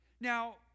Now